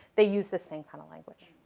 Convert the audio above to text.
they use the same kind of language.